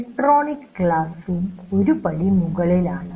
electronic classroom ഒരുപടി മുകളിലാണ്